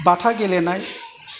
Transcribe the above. बाथा गेलेनाय